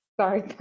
sorry